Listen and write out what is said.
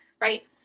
right